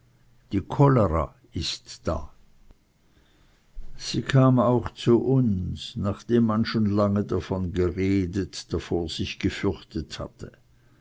die cholera ist da so kam sie auch zu uns nachdem man schon lange davon geredet davor sich gefürchtet hatte